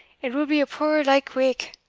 it will be a puir lykewake,